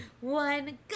one